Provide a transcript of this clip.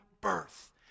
birth